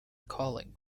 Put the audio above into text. calling